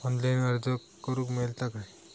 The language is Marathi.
ऑनलाईन अर्ज करूक मेलता काय?